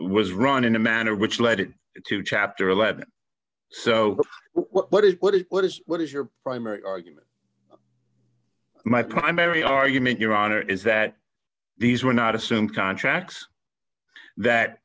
was run in a manner which led it to chapter eleven so what it what it what is what is your primary argument my primary argument your honor is that these were not assume contracts that